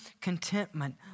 contentment